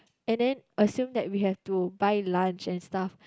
and then assume that we have to buy lunch and stuff